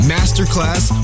Masterclass